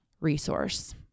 resource